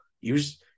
Use